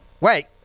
Wait